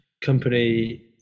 company